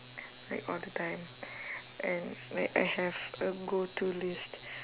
like all the time and like I have a go to list